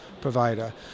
provider